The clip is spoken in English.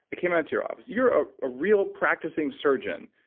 i came out to your office, you're a ah real practicing surgeon.